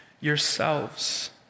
yourselves